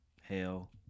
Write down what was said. Hell